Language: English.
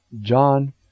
John